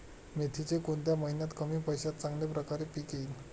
मेथीचे कोणत्या महिन्यात कमी पैशात चांगल्या प्रकारे पीक येईल?